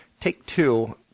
Take-Two